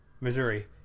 Missouri